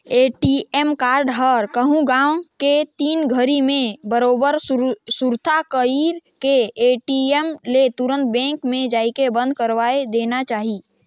ATM card ह कहूँ गवा गे तेन घरी मे बरोबर सुरता कइर के ए.टी.एम ले तुंरत बेंक मे जायके बंद करवाये देना चाही